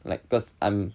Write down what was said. like cause I'm